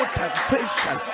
temptation